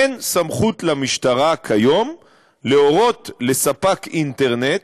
אין סמכות למשטרה להורות לספק אינטרנט,